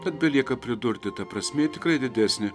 tad belieka pridurti ta prasmė tikrai didesnė